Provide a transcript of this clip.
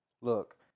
Look